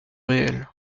réel